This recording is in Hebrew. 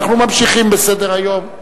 אנחנו ממשיכים בסדר-היום.